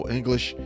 English